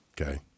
Okay